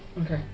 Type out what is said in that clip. Okay